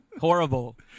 horrible